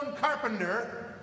carpenter